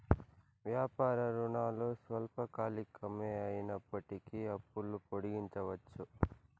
వ్యాపార రుణాలు స్వల్పకాలికమే అయినప్పటికీ అప్పులు పొడిగించవచ్చు